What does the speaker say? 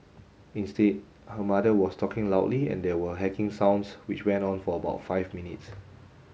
instead her mother was talking loudly and there were hacking sounds which went on for about five minutes